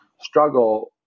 struggle